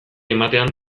ematean